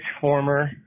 former